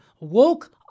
woke